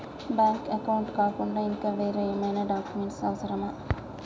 Bank account కాకుండా ఇంకా వేరే ఏమైనా డాక్యుమెంట్స్ అవసరమా?